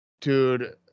dude